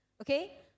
okay